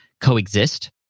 coexist